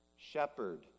shepherd